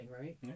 right